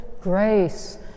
grace